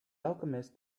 alchemist